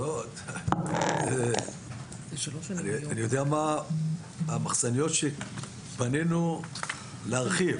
אני יודע מה המחסניות שבנינו להרחיב.